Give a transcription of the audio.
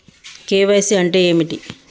KYC అంటే ఏమిటి?